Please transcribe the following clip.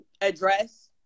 address